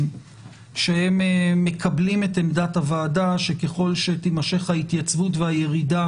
שהם מקבלים את עמדת הוועדה שככל שתימשך ההתייצבות והירידה